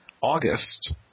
August